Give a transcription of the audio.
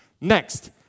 Next